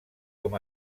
com